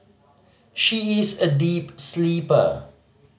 she is a deep sleeper